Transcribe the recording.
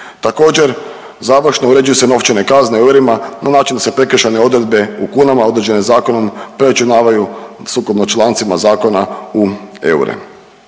Također završno uređuju se novčane kazne u eurima na način da se prekršajne odredbe u kunama određene zakonom preračunavaju sukladno člancima zakona u eure.